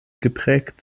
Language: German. geprägt